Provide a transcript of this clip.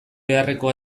beharreko